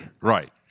Right